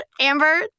Amber